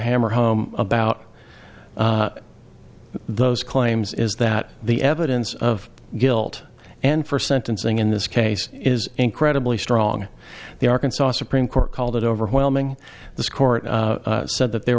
hammer home about those claims is that the evidence of guilt and for sentencing in this case is incredibly strong the arkansas supreme court called it overwhelming this court said that there